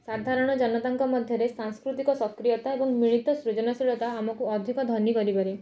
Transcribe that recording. ସାଧାରଣ ଜନତାଙ୍କ ମଧ୍ୟରେ ସାଂସ୍କୃତିକ ସକ୍ରିୟତା ଏବଂ ମିଳିତ ସୃଜନଶୀଳତା ଆମକୁ ଅଧିକ ଧନୀ କରିପାରେ